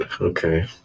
Okay